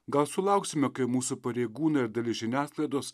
gal sulauksime kai mūsų pareigūnai ar dalis žiniasklaidos